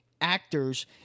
actors